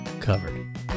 covered